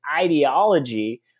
ideology